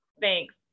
thanks